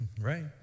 right